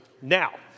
Now